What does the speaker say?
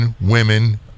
women